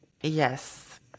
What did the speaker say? Yes